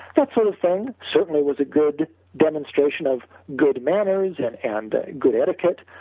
that sort of thing certainly was a good demonstration of good manners and and good etiquette,